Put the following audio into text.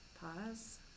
Pause